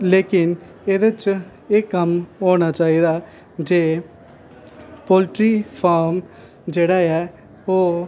लेकिन एह्दे च एह् कम्म होना चाहिदा जे पोल्ट्री फार्म जेह्ड़ा ऐ ओह्